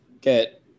get